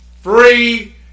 Free